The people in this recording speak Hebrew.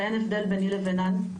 ואין הבדל ביני לבינן.